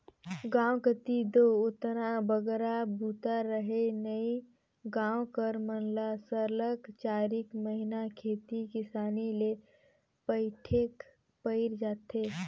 गाँव कती दो ओतना बगरा बूता रहें नई गाँव कर मन ल सरलग चारिक महिना खेती किसानी ले पइठेक पइर जाथे